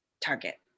target